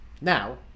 Now